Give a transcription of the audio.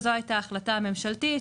זאת היתה ההחלטה הממשלתית,